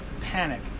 panic